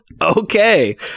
Okay